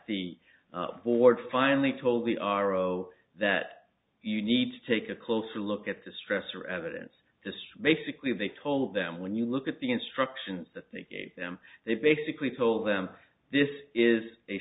the board finally told the aro that you need to take a closer look at the stress or evidence just basically they told them when you look at the instructions that they gave them they basically told them this is a